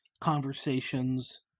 conversations